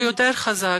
הוא יותר חזק.